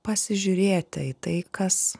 pasižiūrėti į tai kas